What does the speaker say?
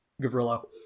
Gavrilo